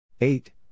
Eight